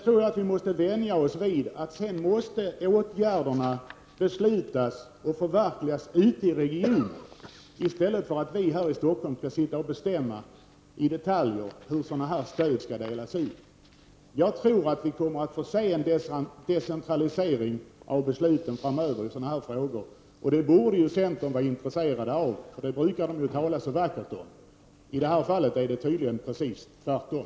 Vidare måste vi vänja oss vid att åtgärderna skall beslutas och förverkligas ute i regionerna, i stället för att vi skall sitta här i Stockholm och detaljbestämma hur sådana här stöd skall fördelas. Jag tror att vi framöver kommer att få se decentralisering av besluten i sådana frågor. Det borde ju centern vara intresserad av, för det brukar ju det partiet tala så vackert om. I det här fallet är det tydligen precis tvärtom.